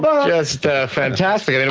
but just fantastic.